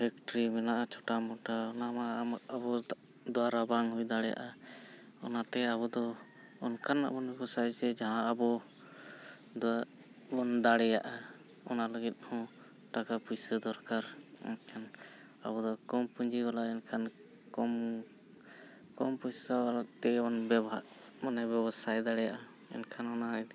factory ᱢᱮᱱᱟᱜᱼᱟ ᱪᱷᱳᱴᱟᱼᱢᱚᱴᱟ ᱚᱱᱟ ᱢᱟ ᱟᱢᱟᱜ ᱟᱵᱚ ᱫᱚᱣᱟᱨᱟ ᱵᱟᱝ ᱦᱩᱭ ᱫᱟᱲᱮᱭᱟᱜᱼᱟ ᱚᱱᱟᱛᱮ ᱟᱵᱚ ᱫᱚ ᱚᱱᱠᱟᱱᱟᱜ ᱵᱚᱱ ᱵᱮᱵᱽᱥᱟᱭᱟ ᱡᱮ ᱡᱟᱦᱟᱸ ᱟᱵᱚ ᱫᱚ ᱵᱚᱱ ᱫᱟᱲᱮᱭᱟᱜᱼᱟ ᱚᱱᱟ ᱞᱟᱹᱜᱤᱫ ᱦᱚᱸ ᱴᱟᱠᱟᱼᱯᱩᱭᱥᱟᱹ ᱫᱚᱨᱠᱟᱨ ᱟᱵᱚ ᱫᱚ ᱠᱚᱢ ᱯᱩᱸᱡᱤ ᱵᱟᱞᱟ ᱮᱱᱠᱷᱟᱱ ᱠᱚᱢ ᱠᱚᱢ ᱯᱚᱭᱥᱟ ᱛᱮᱵᱚᱱ ᱵᱮᱵᱚᱦᱟᱨ ᱢᱟᱱᱮ ᱵᱮᱵᱽᱥᱟ ᱫᱟᱲᱮᱭᱟᱜᱼᱟ ᱮᱱᱠᱷᱟᱱ ᱚᱱᱟ